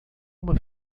uma